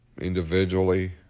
individually